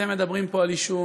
אתם מדברים פה על עישון.